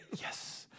Yes